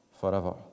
forever